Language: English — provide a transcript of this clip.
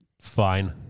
fine